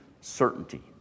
certainty